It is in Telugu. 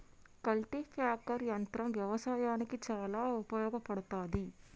కల్టిప్యాకర్ యంత్రం వ్యవసాయానికి చాలా ఉపయోగపడ్తది